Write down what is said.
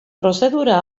prozedura